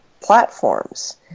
platforms